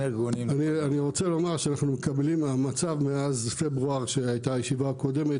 אני רוצה לומר שאנחנו מקבלים שהמצב מאז פברואר כשהייתה הישיבה הקודמת